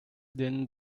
then